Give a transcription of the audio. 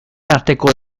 arteko